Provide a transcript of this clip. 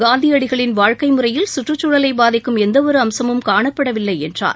காந்தியடிகளின் வாழ்க்கை முறையில் சுற்றுச்சூழலை பாதிக்கும் எந்தவொரு அம்சமும் காணப்படவில்லை என்றார்